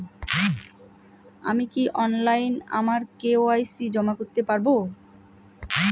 আমি কি অনলাইন আমার কে.ওয়াই.সি জমা করতে পারব?